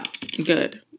Good